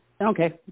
Okay